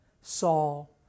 Saul